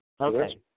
Okay